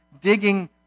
digging